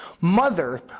mother